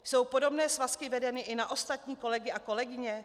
Jsou podobné svazky vedeny i na ostatní kolegy a kolegyně?